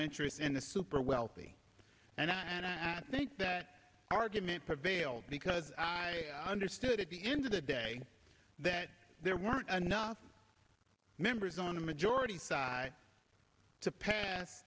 interests and the super wealthy and i and i think that argument prevail because i understood at the end of the day that there weren't enough members on the majority side to pass